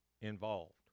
involved